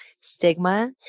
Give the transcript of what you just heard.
stigma